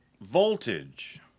voltage